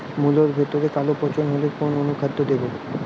মুলোর ভেতরে কালো পচন হলে কোন অনুখাদ্য দেবো?